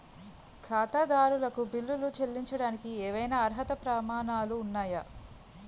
ఖాతాదారులకు బిల్లులు చెల్లించడానికి ఏవైనా అర్హత ప్రమాణాలు ఉన్నాయా?